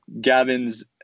Gavin's